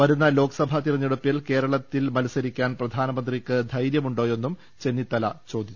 വരുന്ന ലോക്സഭാ തിരഞ്ഞെടുപ്പിൽ കേരത്തിൽ മത്സരിക്കാൻ പ്രധാനമന്ത്രിക്ക് ധൈര്യമുണ്ടോയെന്നും ചെന്നിത്തല ചോദിച്ചു